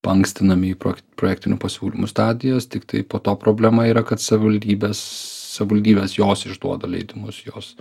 paankstinami į projek projektinių pasiūlymų stadijas tiktai po to problema yra kad savivaldybės savivaldybės jos išduoda leidimus jos